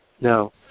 No